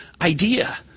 idea